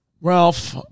Ralph